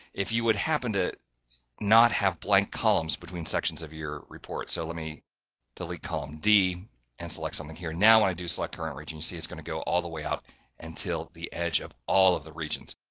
if you would happen to not have blank columns between sections of your report so, let me delete column d and select something here now, when i do select current region, you see it's going to go all the way out until the edge of all of the regions.